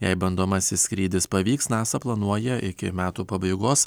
jei bandomasis skrydis pavyks nasa planuoja iki metų pabaigos